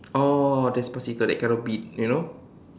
oh despacito that kind of beat you know